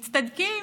מצטדקים,